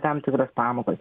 tam tikras pamokas